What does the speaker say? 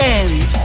end